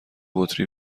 بطری